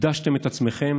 קידשתם את עצמכם